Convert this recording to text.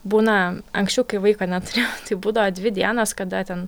būna anksčiau kai vaiko neturėjau tai būdavo dvi dienos kada ten